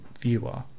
viewer